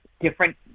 Different